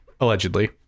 Allegedly